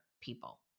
people